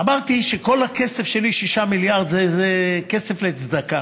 אמרתי שכל הכסף שלי, 6 מיליארד, זה כסף לצדקה,